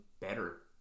better